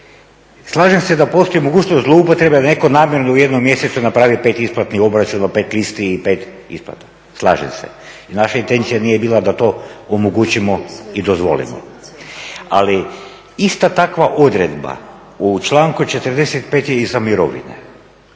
Slažem se da postoji mogućnost zlouporabe da netko namjerno u jednom mjesecu napravi pet isplatnih obračuna, pet listi i pet isplata, slažem se. Naša intencija nije bila da to omogućimo i dozvolimo. Ali, ista takva odredba u članku 45. je i za mirovine.